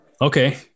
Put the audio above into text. Okay